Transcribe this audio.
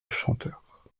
chanteur